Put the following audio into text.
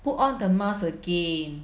put on the mask again